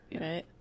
Right